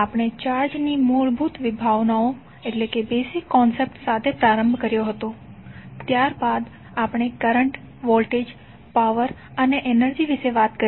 આપણે ચાર્જ ની મૂળભૂત વિભાવનાઓ સાથે પ્રારંભ કર્યો હતો ત્યારબાદ આપણે કરંટ વોલ્ટેજ પાવર અને એનર્જી વિશે વાત કરી